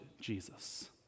Jesus